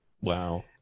Wow